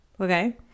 Okay